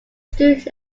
stood